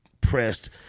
pressed